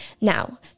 now